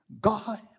God